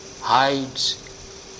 hides